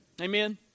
Amen